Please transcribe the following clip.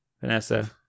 Vanessa